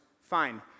Fine